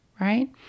right